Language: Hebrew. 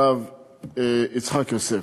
הרב יצחק יוסף.